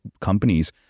companies